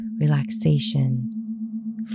relaxation